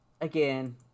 Again